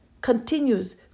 continues